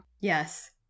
Yes